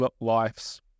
lives